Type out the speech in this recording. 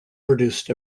produced